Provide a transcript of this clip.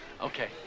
Okay